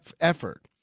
effort